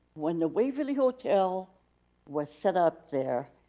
when the waverly hotel was set up there,